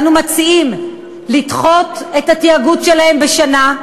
אנו מציעים לדחות את התאגוד שלהן בשנה,